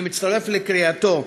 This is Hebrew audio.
אני מצטרף לקריאתו.